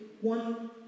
one